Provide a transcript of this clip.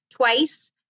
Twice